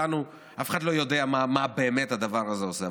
אף אחד לא יודע מה באמת הדבר הזה עושה.